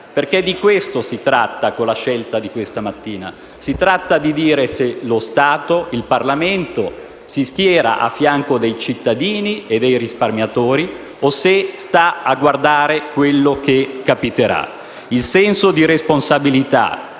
Perché di questo si tratta con la scelta di questa mattina. Si tratta di dire se lo Stato, il Parlamento, si schiera a fianco dei cittadini e dei risparmiatori o se sta a guardare ciò che capiterà. Il senso di responsabilità,